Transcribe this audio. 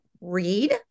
read